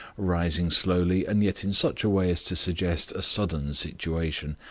rising slowly and yet in such a way as to suggest a sudden situation,